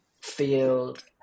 field